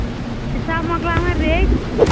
حِساب مۄکلاوان ریٚتۍ